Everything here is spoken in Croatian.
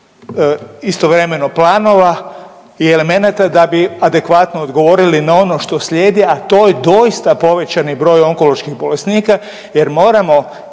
istovremeno planova i elemenata da bi adekvatno odgovorili na ono što slijedi, a to je doista povećani broj onkoloških bolesnika jer moramo